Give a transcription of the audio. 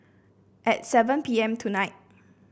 at seven P M tonight